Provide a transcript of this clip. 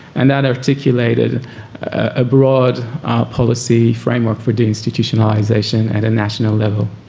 and that articulated a broad policy framework for deinstitutionalisation at a national level.